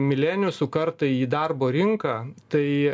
mileniusų kartai į darbo rinką tai